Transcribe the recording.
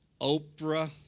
Oprah